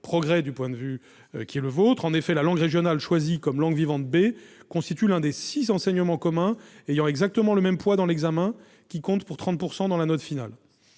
vous défendez, c'est donc un progrès. En effet, la langue régionale choisie comme langue vivante B constitue l'un des six enseignements communs ayant exactement le même poids dans l'examen, qui comptent pour 30 % de la note finale.